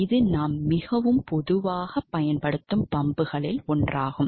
இது நாம் மிகவும் பொதுவாகப் பயன்படுத்தும் பம்புகளில் ஒன்றாகும்